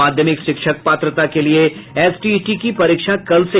माध्यमिक शिक्षक पात्रता के लिए एसटीईटी की परीक्षा कल से